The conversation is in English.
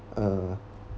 uh